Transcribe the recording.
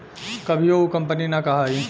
कभियो उ कंपनी ना कहाई